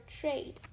trade